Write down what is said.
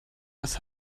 was